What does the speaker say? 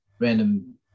random